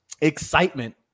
excitement